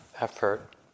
effort